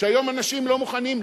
שהיום אנשים לא מוכנים,